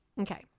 Okay